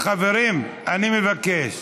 חברים, אני מבקש.